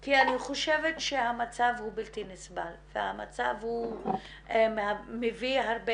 כי אני חושבת שהמצב הוא בלתי נסבל והמצב מביא הרבה